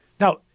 Now